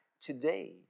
today